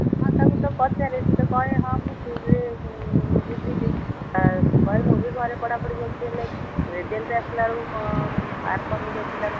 ହଁ ତାକୁ ତ ପଚାରେ ସେ ତ କହେ ହଁ ମୁଁ ଠିକ୍ରେ ବୁଝିଲି କହେ ମୁଁ ବି ଘରେ ପଢ଼ାପଢ଼ି କରୁଛି ହେଲେ ରେଜଲ୍ଟ ଆସିଲାବେଳକୁ କ'ଣ ମାର୍କ କମି ଯାଉଛି ତାର